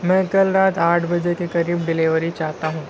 میں کل رات آٹھ بجے کے قریب ڈیلیوری چاہتا ہوں